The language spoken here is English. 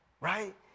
Right